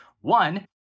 One